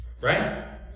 right